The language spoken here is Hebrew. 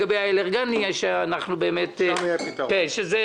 שם יהיה פתרון.